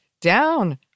down